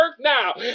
now